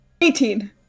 Eighteen